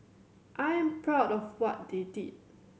I am proud of what they did